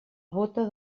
bóta